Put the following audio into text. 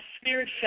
spirit